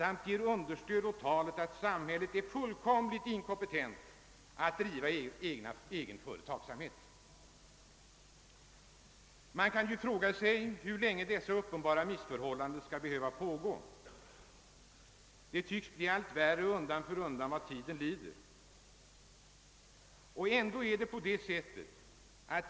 Det ger också näring åt talet om att samhället är fullständigt inkompetent att driva egen företagsamhet. Man kan fråga sig hur länge dessa uppenbara missförhållanden skall behöva pågå. Det tycks bli allt värre vad tiden lider.